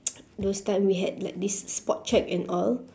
those time we had like this spot check and all